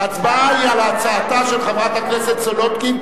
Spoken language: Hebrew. ההצבעה היא על הצעתה של חברת הכנסת סולודקין,